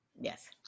yes